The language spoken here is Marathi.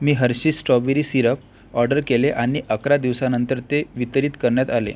मी हर्षीस स्ट्रॉबेरी सिरप ऑर्डर केले आणि अकरा दिवसानंतर ते वितरित करण्यात आले